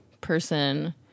person